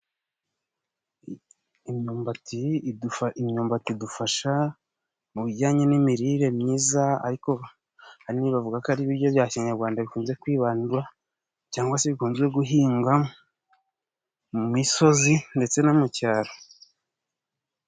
Imyumbati idufa, imyumbati idufasha mu bijyanye n'imirire myiza ariko ahanini bavuga ko ari ibiryo bya kinyarwanda bikunze kwibandwa cyangwa se bikunze guhinga mu misozi ndetse no mu cyaro.